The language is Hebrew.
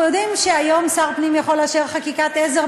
אנחנו יודעים שהיום שר פנים יכול לאשר חקיקת עזר.